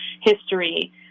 history